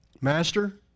Master